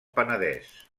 penedès